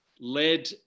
led